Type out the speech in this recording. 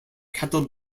cattle